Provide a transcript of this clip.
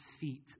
feet